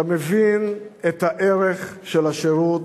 אתה מבין את הערך של השירות